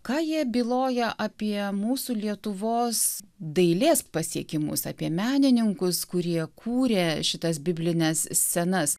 ką jie byloja apie mūsų lietuvos dailės pasiekimus apie menininkus kurie kūrė šitas biblines scenas